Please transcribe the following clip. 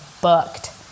booked